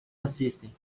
assistem